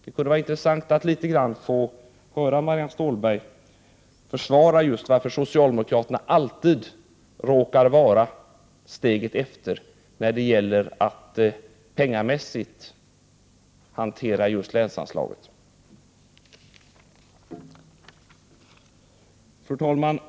Det vore intressant att höra Marianne Stålberg förklara varför socialdemokraterna alltid råkar vara steget efter när det gäller att pengamässigt hantera just länsanslaget. Fru talman!